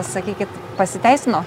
sakykit pasiteisino